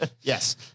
yes